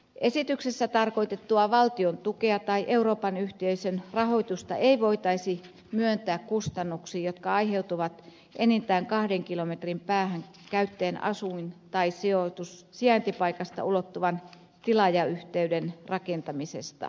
esityksessä tarkoitettua valtion tukea tai euroopan yhteisön rahoitusta ei voitaisi myöntää kustannuksiin jotka aiheutuvat enintään kahden kilometrin päähän käyttäjän asuin tai sijaintipaikasta ulottuvan tilaajayhteyden rakentamisesta